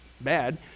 bad